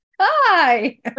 hi